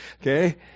Okay